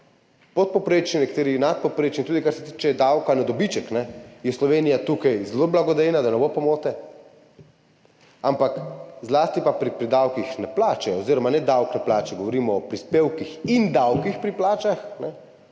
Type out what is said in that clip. podpovprečni, nekaterih nadpovprečni, in tudi kar se tiče davka na dobiček, je Slovenija tukaj zelo blagodejna, da ne bo pomote, ampak zlasti pa pri davkih na plače, oziroma ne davek na plače, govorimo o prispevkih in davkih pri plačah,